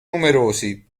numerosi